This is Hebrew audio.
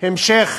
המשך